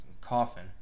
coffin